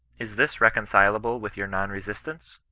is this reconcileable with your non-resistance?